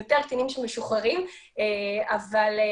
יש יותר קטינים שמשוחררים, אבל זה